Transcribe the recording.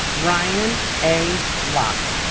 ryan a. locke